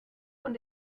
und